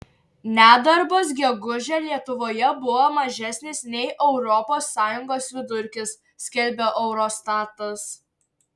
nedarbas gegužę lietuvoje buvo mažesnis nei europos sąjungos vidurkis skelbia eurostatas